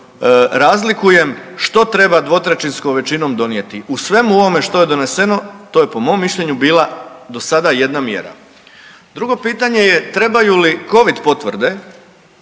razlikujem što treba dvotrećinskom većinom donijeti. U svemu ovome što je doneseno, to je po mom mišljenju bila do sada jedna mjera. Drugo pitanje je trebaju li covid potvrde